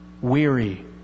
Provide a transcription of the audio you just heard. weary